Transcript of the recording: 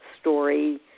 story